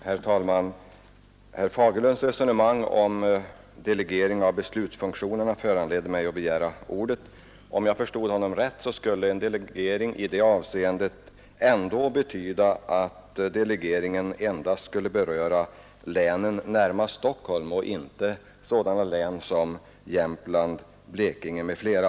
Herr talman! Herr Fagerlunds resonemang om delegering av beslutsfunktionerna föranledde mig att begära ordet. Om jag förstod herr Fagerlund rätt menade han att en delegering skulle beröra främst länen närmast Stockholm och inte sådana län som Jämtland, Blekinge m.fl.